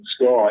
sky